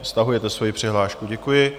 Stahujete svoji přihlášku, děkuji.